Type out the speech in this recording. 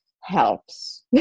helps